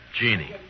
Genie